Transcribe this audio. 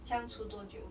相处多久